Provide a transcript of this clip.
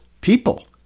people